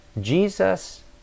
Jesus